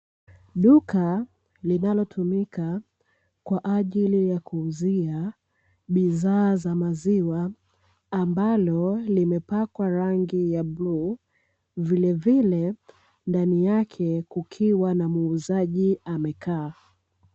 Duka linalotumika kwa ajili ya kuuzia bidhaa za maziwa ambalo limepakwa rangi ya bluu, vilevile ndani yake kukiwa na muuzaji amekaa.